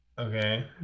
Okay